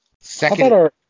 Second